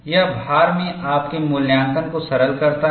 यह भार में आपके मूल्यांकन को सरल करता है